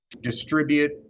distribute